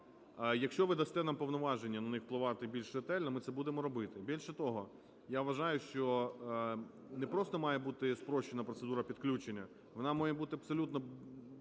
Якщо ви дасте нам повноваження на них впливати більш ретельно, ми будемо це робити. Більше того, я вважаю, що не просто має бути спрощена процедура підключення, вона має бути абсолютно доступною